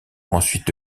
ensuite